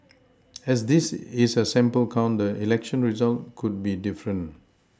as this is a sample count the election result could be different